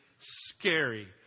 scary